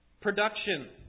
production